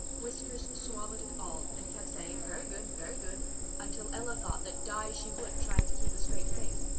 whiskers swallowed it all, and kept saying very good very good until ella thought that die she would trying to keep a straight face.